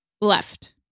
left